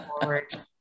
forward